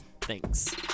thanks